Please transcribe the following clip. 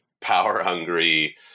power-hungry